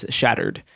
shattered